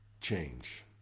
change